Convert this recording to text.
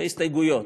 בהסתייגויות.